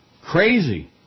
Crazy